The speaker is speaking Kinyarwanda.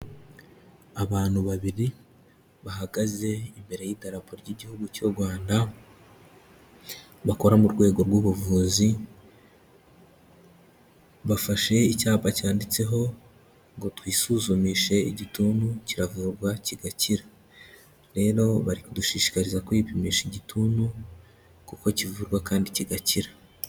Abantu babiri bahagaze imbere y'idarapo ry'igihugu cy'u Rwanda, bakora mu rwego rw'ubuvuzi, bafashe icyapa cyanditseho ngo: "Twisuzumishe igituntu kiravurwa kigakira'' rero bari kudushishikariza kwipimisha igituntu kuko kivurwa kandi kigakira".